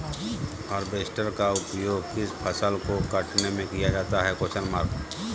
Harvester का उपयोग किस फसल को कटने में किया जाता है?